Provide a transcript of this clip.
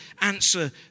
answer